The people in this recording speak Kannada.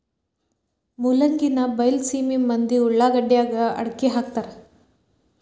ಮೂಲಂಗಿನಾ ಬೈಲಸೇಮಿ ಮಂದಿ ಉಳಾಗಡ್ಯಾಗ ಅಕ್ಡಿಹಾಕತಾರ